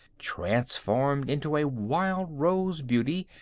transformed into a wild-rose beauty,